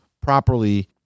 properly